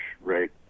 right